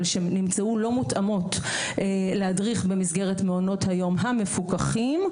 אבל שנמצאו לא מותאמות להדריך במסגרת מעונות היום המפוקחים,